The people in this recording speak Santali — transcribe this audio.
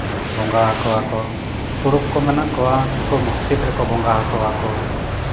ᱵᱚᱸᱜᱟ ᱟᱠᱚᱣᱟᱠᱚ ᱛᱩᱲᱩᱠ ᱠᱚ ᱢᱮᱱᱟᱜ ᱠᱚᱣᱟ ᱩᱱᱠᱩ ᱢᱚᱥᱡᱤᱫ ᱨᱮᱠᱚ ᱵᱚᱸᱜᱟ ᱟᱠᱚᱣᱟ ᱠᱚ